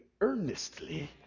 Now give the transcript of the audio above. earnestly